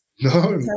No